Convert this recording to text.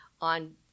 on